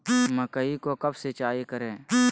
मकई को कब सिंचाई करे?